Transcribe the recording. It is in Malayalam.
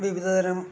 വിവിധതരം